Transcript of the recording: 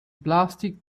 plastic